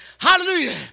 Hallelujah